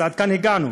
אז עד כאן הגענו.